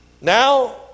now